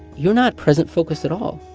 you're not present-focused at all.